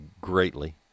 greatly